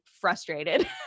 frustrated